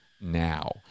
now